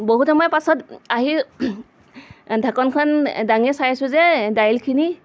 বহুত সময় পাছত আহি ঢাকোনখন দাঙি চাইছোঁ যে দাইলখিনি